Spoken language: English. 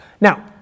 Now